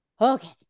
Okay